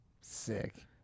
Sick